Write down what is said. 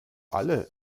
alle